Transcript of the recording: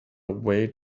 way